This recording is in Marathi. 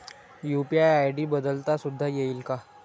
यू.पी.आय आय.डी बदलता सुद्धा येईल का?